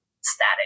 static